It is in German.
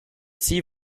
sie